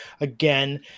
again